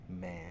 man